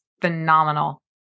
phenomenal